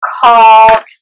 called